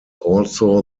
also